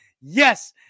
yes